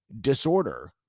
disorder